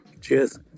Cheers